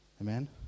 Amen